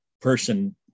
person